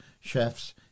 chefs